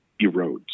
erodes